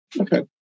Okay